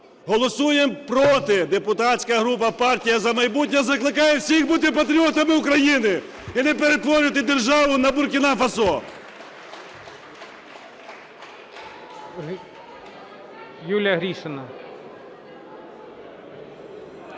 Голосуємо проти. Депутатська група "Партія "За майбутнє" закликає всіх бути патріотами України і не перетворювати державу на Буркіна-Фасо!